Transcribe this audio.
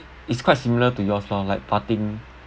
it's quite similar to yours lor like parting